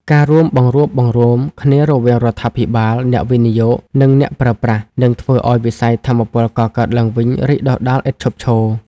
ការរួមបង្រួបបង្រួមគ្នារវាងរដ្ឋាភិបាល អ្នកវិនិយោគ និងអ្នកប្រើប្រាស់ នឹងធ្វើឱ្យវិស័យថាមពលកកើតឡើងវិញរីកដុះដាលឥតឈប់ឈរ។